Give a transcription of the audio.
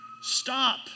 Stop